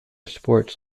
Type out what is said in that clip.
sports